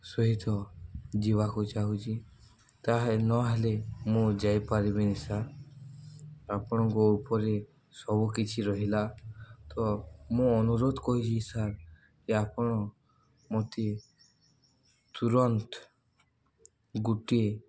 ସହିତ ଯିବାକୁ ଚାହୁଁଛି ନହେଲେ ମୁଁ ଯାଇପାରିବିନି ସାର୍ ଆପଣଙ୍କ ଉପରେ ସବୁକିଛି ରହିଲା ତ ମୁଁ ଅନୁରୋଧ କରିଛିି ସାର୍ ଯେ ଆପଣ ମୋତେ ତୁରନ୍ତ ଗୁଟେ